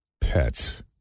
Pets